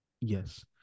Yes